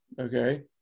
okay